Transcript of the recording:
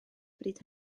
bryd